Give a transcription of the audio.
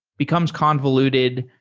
becomes convoluted,